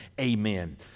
amen